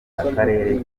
akarere